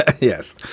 Yes